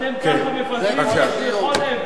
אתם ככה מפזרים, בבקשה.